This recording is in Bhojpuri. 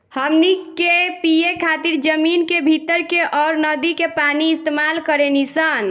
हमनी के पिए खातिर जमीन के भीतर के अउर नदी के पानी इस्तमाल करेनी सन